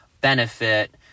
benefit